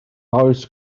oes